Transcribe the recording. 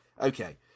okay